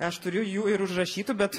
aš turiu jų ir užrašytu bet